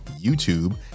YouTube